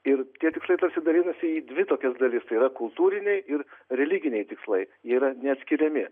ir tie tikslai tarsi dalinasi į dvi tokias dalis tai yra kultūriniai ir religiniai tikslai jie yra neatskiriami